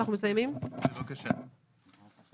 אני רכז